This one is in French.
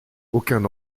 aucun